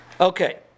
Okay